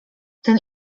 ten